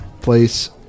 Place